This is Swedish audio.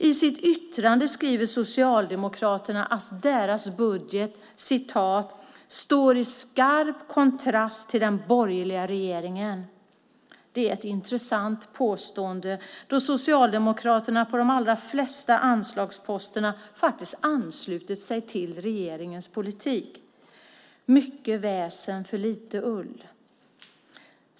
I sitt yttrande skriver Socialdemokraterna att deras budget "står i skarp kontrast till den borgerliga regeringens". Det är ett intressant påstående då Socialdemokraterna på de allra flesta anslagsposterna faktiskt har anslutit sig till regeringens politik. Mycket väsen för lite ull.